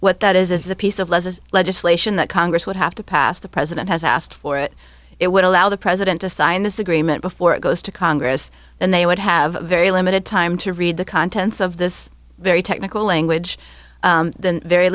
what that is is the piece of lesson legislation that congress would have to pass the president has asked for it it would allow the president to sign this agreement before it goes to congress and they would have very limited time to read the contents of this very technical language very